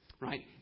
right